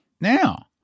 now